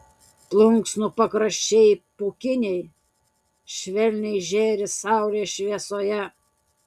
plunksnų pakraščiai pūkiniai švelniai žėri saulės šviesoje